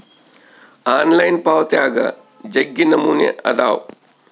online ಪಾವಾತ್ಯಾಗ ಜಗ್ಗಿ ನಮೂನೆ ಅದಾವ